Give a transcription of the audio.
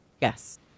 yes